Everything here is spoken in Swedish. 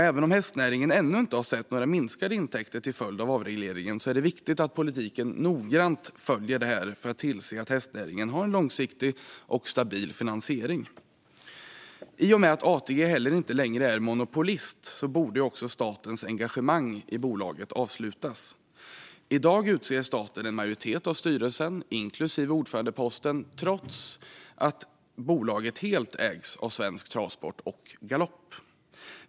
Även om hästnäringen ännu inte har sett några minskade intäkter till följd av avregleringen är det viktigt att politiken noggrant följer detta för att tillse att hästnäringen har långsiktig och stabil finansiering. I och med att ATG heller inte längre är monopolist borde statens engagemang i bolaget avslutas. I dag utser staten en majoritet av styrelsen, inklusive ordförandeposten, trots att bolaget helt ägs av Svensk Travsport och Svensk Galopp.